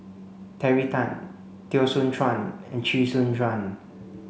Terry Tan Teo Soon Chuan and Chee Soon Juan